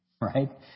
right